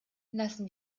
lassen